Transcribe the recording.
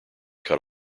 cut